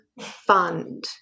fund